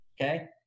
Okay